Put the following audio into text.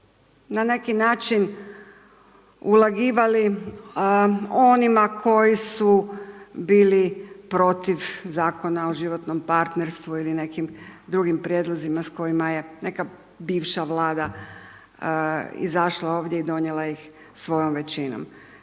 na neki način ulagivali onima koji su bili protiv Zakona o životnom partnerstvu ili nekim drugim prijedlozima s kojima je neka bivša vlada izašla ovdje i donijela ih svojom većinom.